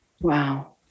Wow